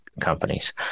companies